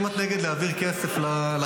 למה ליברמן התפטר?